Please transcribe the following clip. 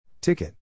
Ticket